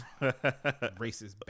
Racist